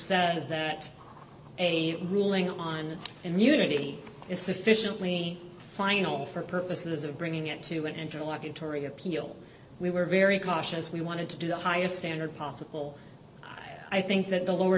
says that a ruling on immunity is sufficiently final for purposes of bringing it to an interlocutory appeal we were very cautious we wanted to do the highest standard possible i think that the lower